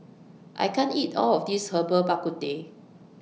I can't eat All of This Herbal Bak Ku Teh